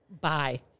Bye